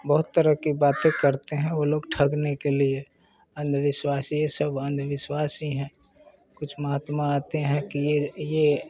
बहुत तरह के बाते करते हैं वो लोग ठगने के लिए अन्धविश्वासी ये सब अंधविश्वास ही हैं कुछ महात्मा आते हैं कि ये ये